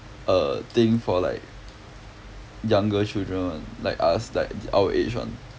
a thing for like younger children [one] like us like our age one